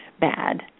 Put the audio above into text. bad